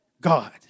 God